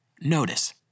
notice